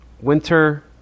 Winter